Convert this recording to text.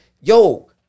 yo